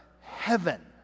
heaven